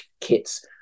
kits